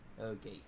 Okay